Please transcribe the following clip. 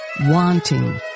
wanting